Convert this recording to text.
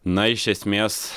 na iš esmės